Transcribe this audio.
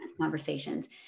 conversations